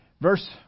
Verse